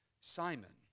Simon